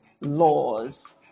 laws